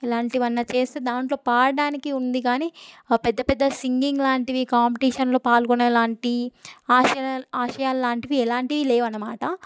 ఎలాంటివన్నా చేస్తే దాంట్లో పాడడానికి ఉంది కానీ పెద్ద పెద్ద సింగింగ్ లాంటివి కాంపిటీషన్లో పాల్గొనే లాంటి ఆశయా ఆశయాలు లాంటివి ఎలాంటివి లేవు అనమాట